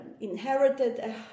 Inherited